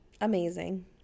Amazing